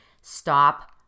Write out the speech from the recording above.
stop